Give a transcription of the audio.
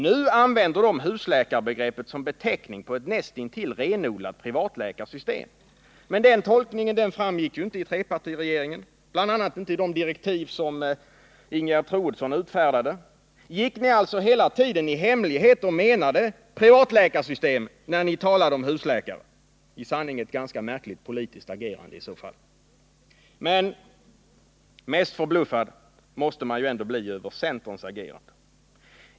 Nu använder de husläkarbegreppet som beteckning på ett näst intill renodlat privatläkarsystem. Den tolkningen framgick inte i trepartiregeringen, bl.a. inte i de direktiv som Ingegerd Troedsson utfärdade. Gick ni alltså hela tiden i hemlighet och menade privatläkarsystem, när ni talade om husläkare? I sanning ett ganska märkligt politiskt agerande i så fall. Mest förbluffad måste man bli över centerns agerande.